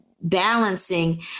balancing